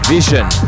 Vision